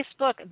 Facebook